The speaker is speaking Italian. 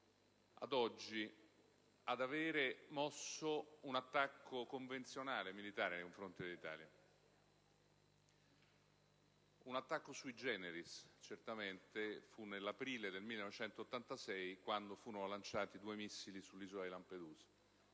ad oggi, ad avere mosso un attacco convenzionale e militare nei confronti dell'Italia. Un attacco *sui generis,* certamente. Fu nell'aprile del 1986, quando furono lanciati due missili sull'isola di Lampedusa.